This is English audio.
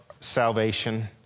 salvation